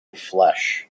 flesh